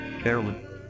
Carolyn